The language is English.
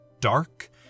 dark